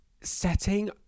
setting